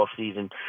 offseason